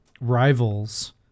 Rivals